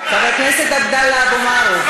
חבר הכנסת עבדאללה אבו מערוף,